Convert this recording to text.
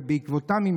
ובעקבותיהן,